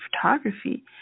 photography